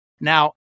Now